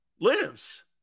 lives